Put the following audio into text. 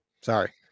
Sorry